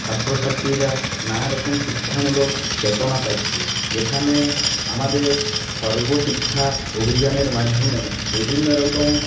ছাত্র ছাত্রীরা নানারকম শিক্ষামূলক চেতনা পাচ্ছে যেখানে আমাদের সর্বশিক্ষা অভিযানের মাধ্যমে বিভিন্নরকম